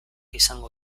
izango